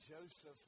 Joseph